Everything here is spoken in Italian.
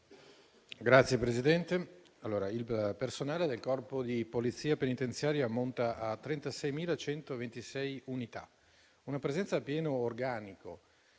Signor Presidente, il personale del Corpo di polizia penitenziaria ammonta a 36.126 unità. Una presenza a pieno organico